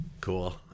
Cool